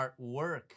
artwork